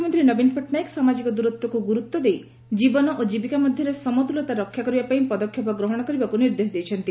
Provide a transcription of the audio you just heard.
ମୁଖ୍ୟମନ୍ତୀ ନବୀନ ପଟ୍ଟନାୟକ ସାମାଜିକ ଦୂରତ୍ୱକୁ ଗୁରୁତ୍ୱ ଦେଇ ଜୀବନ ଓ ଜୀବିକା ମଧ୍ଧରେ ସମତୁଲତା ରକ୍ଷା କରିବା ପାଇଁ ପଦକ୍ଷେପ ଗ୍ରହଣ କରିବାକୁ ନିର୍ଦ୍ଦେଶ ଦେଇଛନ୍ତି